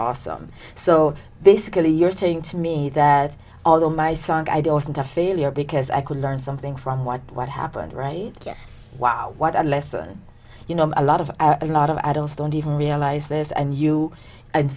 awesome so basically you're saying to me that although my song i don't think a failure because i could learn something from what what happened right wow what a lesson you know a lot of a lot of adults don't even realize this and you and